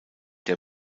der